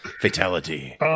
Fatality